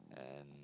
and